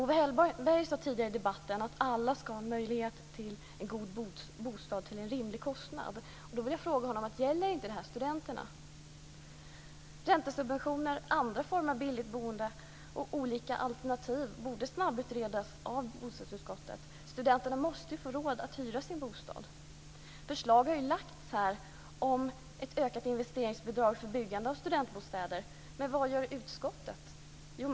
Owe Hellberg sade tidigare i debatten att alla ska ha möjlighet till en god bostad till en rimlig kostnad. Räntesubventioner, andra former av billigt boende och olika alternativ borde snabbutredas av bostadsutskottet. Studenterna måste ha råd att hyra sin bostad. Det har lagts fram förslag om ökat investeringsbidrag för byggande av studentbostäder, men vad gör utskottet?